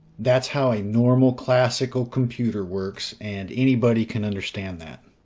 that's how a normal classical computer works and anybody can understand that.